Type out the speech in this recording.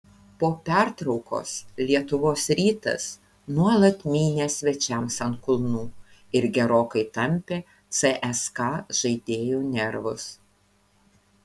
po pertraukos lietuvos rytas nuolat mynė svečiams ant kulnų ir gerokai tampė cska žaidėjų nervus